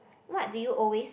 what do you always